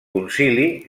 concili